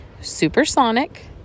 supersonic